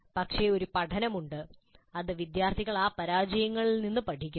പക്ഷേ ഒരു പഠനമുണ്ട് അത് വിദ്യാർത്ഥികൾ ആ പരാജയങ്ങളിൽ നിന്നും പഠിക്കുന്നു